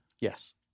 Yes